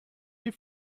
die